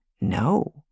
No